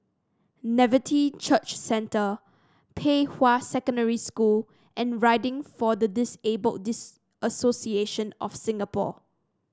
Nativity Church Centre Pei Hwa Secondary School and Riding for the Disabled Dis Association of Singapore